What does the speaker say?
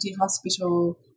Hospital